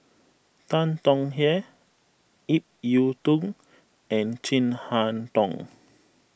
Tan Tong Hye Ip Yiu Tung and Chin Harn Tong